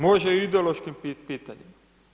Može i o ideološkim pitanjima.